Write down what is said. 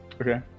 Okay